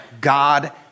God